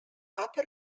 upper